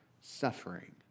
suffering